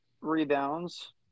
rebounds